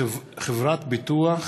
חברת ביטוח